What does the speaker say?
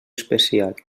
especial